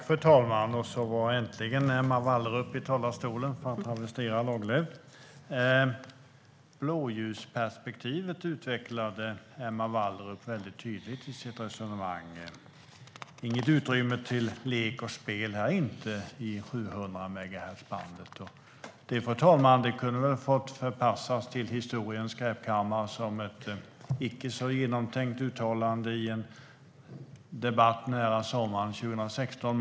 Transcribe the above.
Fru talman! Så stod äntligen Emma Wallrup i talarstolen, för att travestera Lagerlöf. Emma Wallrup utvecklade blåljusperspektivet väldigt tydligt i sitt resonemang. Inget utrymme till lek och spel i 700-megahertzbandet här inte! Fru talman! Det kunde väl ha fått förpassas till historiens skräpkammare som ett icke så genomtänkt uttalande i en debatt nära sommaren 2016.